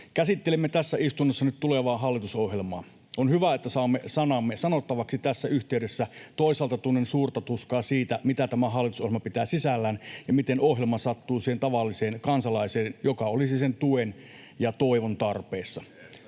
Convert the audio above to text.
Käsittelemme tässä istunnossa nyt tulevaa hallitusohjelmaa. On hyvä, että saamme sanamme sanottavaksi tässä yhteydessä. Toisaalta tunnen suurta tuskaa siitä, mitä tämä hallitusohjelma pitää sisällään ja miten ohjelma sattuu siihen tavalliseen kansalaiseen, joka olisi sen tuen ja toivon tarpeessa.